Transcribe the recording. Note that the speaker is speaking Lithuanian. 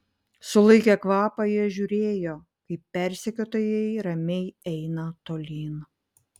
sulaikę kvapą jie žiūrėjo kaip persekiotojai ramiai eina tolyn